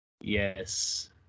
Yes